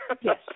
Yes